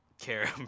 care